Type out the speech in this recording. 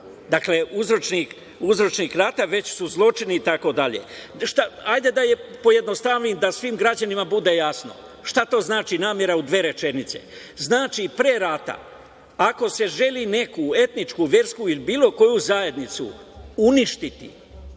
Dakle, uzročnik rata, već su zločini, itd. Hajde da pojednostavim da svim građanima bude jasno. Šta to znači namera, u dve rečenice? Znači, pre rati ako se želi neku etničku, versku ili bilo koju zajednicu uništiti,